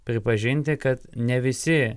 pripažinti kad ne visi